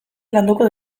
landuko